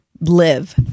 live